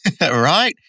Right